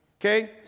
okay